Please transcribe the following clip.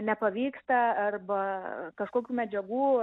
nepavyksta arba kažkokių medžiagų